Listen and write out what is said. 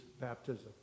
baptism